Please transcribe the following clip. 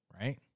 right